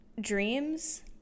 Dreams